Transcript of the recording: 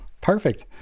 perfect